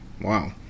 wow